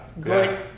great